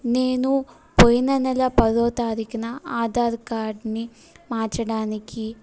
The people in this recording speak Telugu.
నేను పోయిన నెల పదవ తారీఖున ఆధార్ కార్డ్ని మార్చడానికి